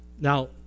Now